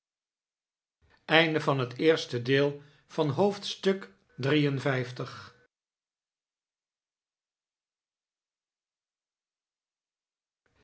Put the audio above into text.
onderwerp van het gesprek haar van het